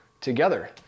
together